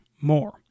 more